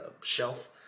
shelf